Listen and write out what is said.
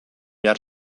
behar